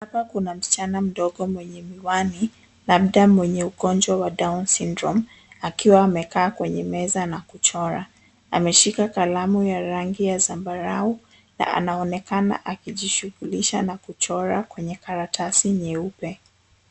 Hapa kuna msichana mdogo mwenye miwani labda mwenye ugonjwa wa down syndrome akiwa amekaa kwenye meza na kuchora. Ameshika kalamu ya rangi ya zambarau na anaonekana akijishughulisha na kuchora kwenye karatasi nyeupe.